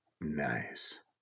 Nice